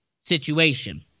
situation